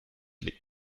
liegt